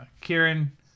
Kieran